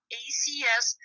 acs